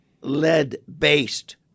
lead-based